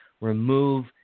remove